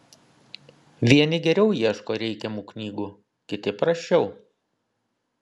vieni geriau ieško reikiamų knygų kiti prasčiau